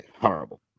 horrible